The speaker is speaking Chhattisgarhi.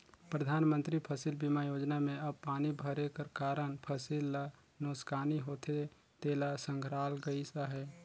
परधानमंतरी फसिल बीमा योजना में अब पानी भरे कर कारन फसिल ल नोसकानी होथे तेला संघराल गइस अहे